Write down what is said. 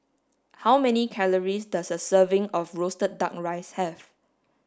how many calories does a serving of roasted duck rice have